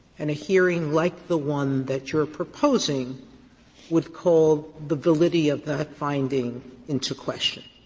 and a hearing like the one that you are proposing would call the validity of that finding into question.